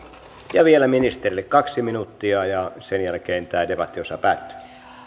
vielä ministerille kaksi minuuttia ja sen jälkeen tämä debattiosa päättyy